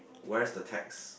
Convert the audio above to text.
where is the text